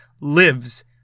lives